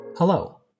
Hello